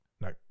No